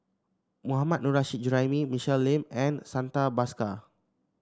Mohammad Nurrasyid Juraimi Michelle Lim and Santha Bhaskar